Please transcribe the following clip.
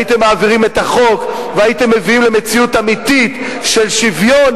הייתם מעבירים את החוק והייתם מביאים למציאות אמיתית של שוויון